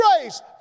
grace